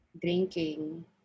drinking